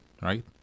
right